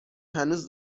هنوز